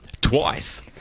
twice